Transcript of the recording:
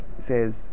says